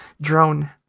drone